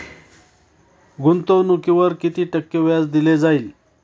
गुंतवणुकीवर किती टक्के व्याज दिले जाईल?